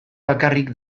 bakarrik